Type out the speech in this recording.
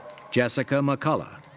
jessica mccollough.